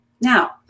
now